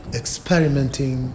experimenting